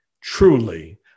truly